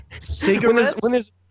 Cigarettes